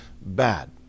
bad